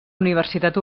universitat